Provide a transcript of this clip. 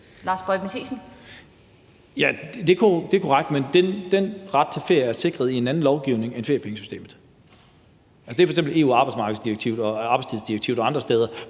Lars Boje Mathiesen (NB): Det er korrekt, men den ret til ferie er sikret i en anden lovgivning end den om feriepengesystemet. Det er bestemt af EU-arbejdsmarkedsdirektivet og